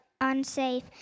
unsafe